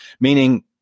meaning